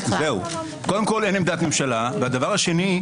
הדבר השני,